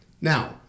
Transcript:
Now